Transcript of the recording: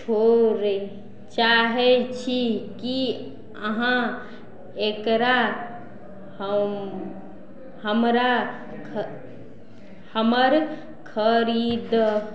छोड़ै चाहै छी कि अहाँ एकरा हम हमरा ख हमर खरिद